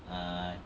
err